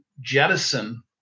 jettison